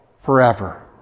forever